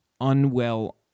unwell